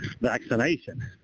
vaccination